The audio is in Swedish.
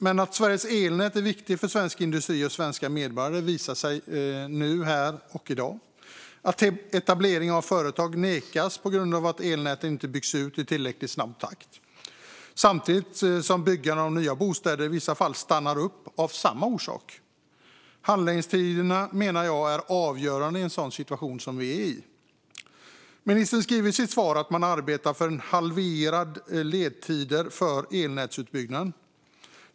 Men att Sveriges elnät är viktigt för svensk industri och svenska medborgare visar sig här och nu, när etableringar av företag nekas på grund av att elnäten inte byggs ut i tillräckligt snabb takt samtidigt som byggande av nya bostäder i vissa fall stannar upp av samma orsak. Handläggningstiderna menar jag är avgörande i en sådan situation som den vi är i. Ministern säger i sitt svar att man arbetar för halverade ledtider för elnätsutbyggnaden.